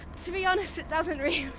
to be honest, it doesn't really.